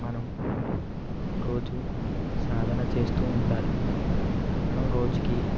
మనం రోజు సాధన చేస్తూ ఉండాలి మనం రోజుకి